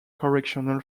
correctional